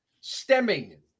stemming